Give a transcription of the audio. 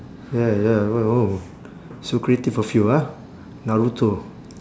ya ya oh so creative of you ah naruto